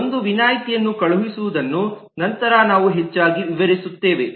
ಒಂದು ವಿನಾಯಿತಿಗಳನ್ನು ಕಳುಹಿಸುವುದನ್ನು ನಂತರ ನಾವು ಹೆಚ್ಚಾಗಿ ವಿವರಿಸುತ್ತೇವೆ